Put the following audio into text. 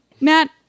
Matt